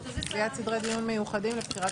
קביעת סדרי דיון מיוחדים לבחירת יושב-ראש הכנסת.